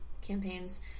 campaigns